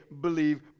believe